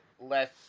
less